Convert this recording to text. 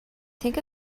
think